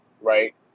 right